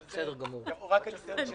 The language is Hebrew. אבל זה רק הניסיון שלי.